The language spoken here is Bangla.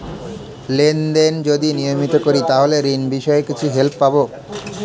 লেন দেন যদি নিয়মিত করি তাহলে ঋণ বিষয়ে কিছু হেল্প পাবো?